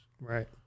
Right